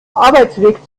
arbeitsweg